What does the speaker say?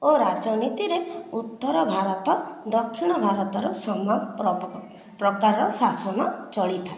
ଓ ରାଜନୀତିରେ ଉତ୍ତର ଭାରତ ଦକ୍ଷିଣ ଭାରତର ସମାନ ପ୍ରଭା ପ୍ରକାରର ଶାସନ ଚଳିଥାଏ